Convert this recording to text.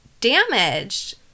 damaged